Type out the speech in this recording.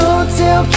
Hotel